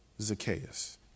Zacchaeus